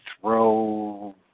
throw